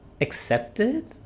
accepted